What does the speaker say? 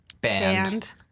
banned